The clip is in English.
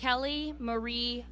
kelly marie